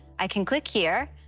i can click here,